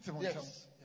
Yes